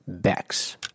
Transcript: Bex